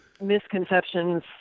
misconceptions